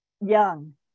young